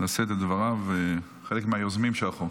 לשאת את דבריו מהיוזמים של החוק.